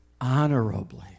honorably